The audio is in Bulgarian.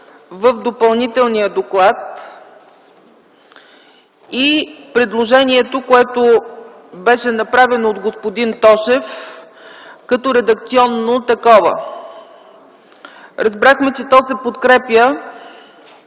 в допълнителния доклад, и предложението, което беше направено от господин Тошев като редакционно. Разбрахме, че то се подкрепя,